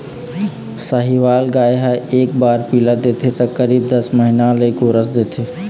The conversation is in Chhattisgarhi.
साहीवाल गाय ह एक बार पिला देथे त करीब दस महीना ले गोरस देथे